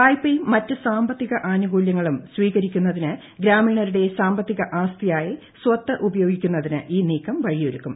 വായ്പയും മറ്റ് സാമ്പത്തിക ആനുകൂലൃങ്ങളും സ്വീകരിക്കുന്നതിന് ഗ്രാമീണരുടെ സാമ്പത്തിക ആസ്തിയായി സ്വത്ത് ഉപയോഗിക്കുന്നതിന് ഈ നീക്കം വഴിയൊരുക്കും